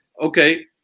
Okay